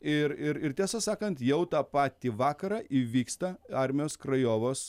ir ir ir tiesą sakant jau tą patį vakarą įvyksta armijos krajovos